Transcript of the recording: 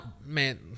man